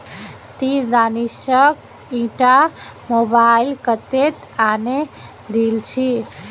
ती दानिशक ईटा मोबाइल कत्तेत आने दिल छि